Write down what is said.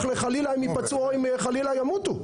לחלילה אם יפצעו או אם חלילה ימותו.